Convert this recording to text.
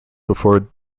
before